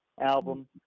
album